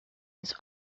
this